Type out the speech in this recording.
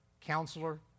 counselor